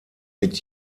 mit